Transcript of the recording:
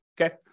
okay